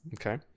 Okay